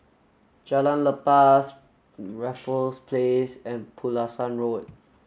Jalan Lepas Raffles Place and Pulasan Road